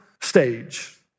stage